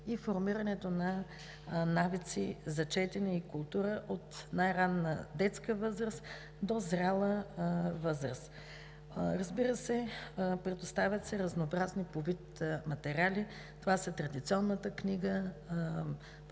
и формирането на навици за четене и култура от най-ранна детска възраст до зряла възраст. Разбира се, предоставят се разнообразни по вид материали – това са традиционната книга